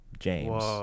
James